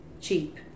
Cheap